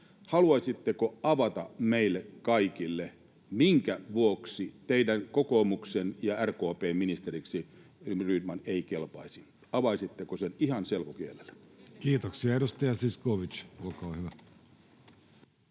Haluaisitteko avata meille kaikille, minkä vuoksi teidän kokoomuksen ja RKP:n ministeriksi ministeri Rydman ei kelpaisi? Avaisitteko sen ihan selkokielellä? Kiitoksia. — Edustaja Zyskowicz, olkaa hyvä.